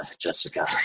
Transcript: Jessica